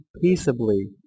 peaceably